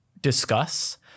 discuss